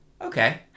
Okay